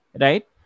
right